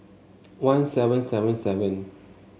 one seven seven seven